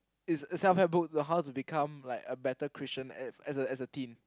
it's self help book to tell us how to become like a better Christian as as a as a teen